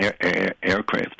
Aircraft